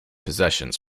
possessions